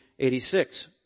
86